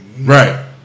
Right